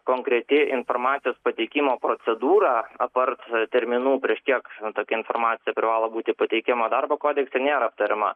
konkreti informacijos pateikimo procedūra aptarti terminų prieš kiek tokia informacija privalo būti pateikiama darbo kodekse nėra aptariama